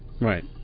Right